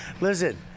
Listen